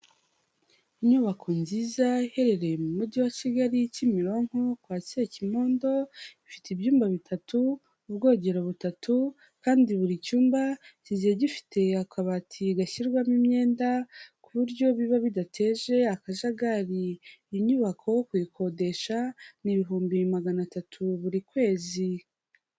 Inyubako nziza iherereye mu mujyi wa Kigali kimironko kwa sekimodo, ifite ibyumba bitatu, ubwogero butatu kandi buri cyumba kigiye gifite akabati gashyirwamo imyenda ku buryo biba bidateje akajagari, iyi nyubako kuyikodesha ni ibihumbi magana atatu buri kwezi.